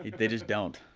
they just don't.